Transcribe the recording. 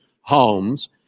homes